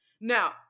Now